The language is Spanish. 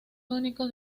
únicos